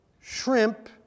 shrimp